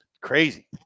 crazy